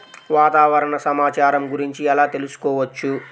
వాతావరణ సమాచారము గురించి ఎలా తెలుకుసుకోవచ్చు?